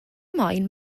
moyn